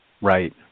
Right